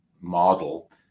model